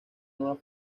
nueva